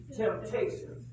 temptation